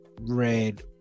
red